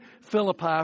Philippi